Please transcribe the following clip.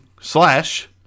slash